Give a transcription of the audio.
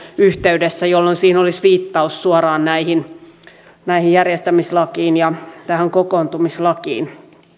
yhteydessä jolloin siinä olisi viittaus suoraan näihin järjestämislakiin ja kokoontumislakiin